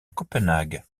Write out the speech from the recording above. copenhague